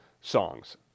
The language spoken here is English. songs